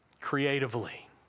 creatively